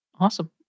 Awesome